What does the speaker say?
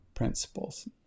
principles